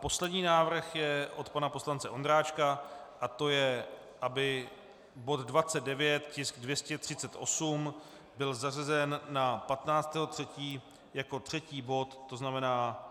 Poslední návrh je od pana poslance Ondráčka a to je, aby bod 29, tisk 238, byl zařazen na 15. 3. jako třetí bod, to znamená